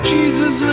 Jesus